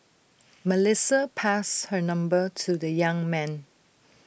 Melissa passed her number to the young man